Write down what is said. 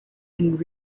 and